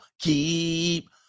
keep